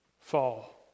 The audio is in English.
fall